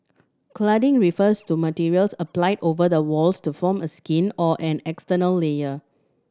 cladding refers to materials applied over the walls to form a skin or an external layer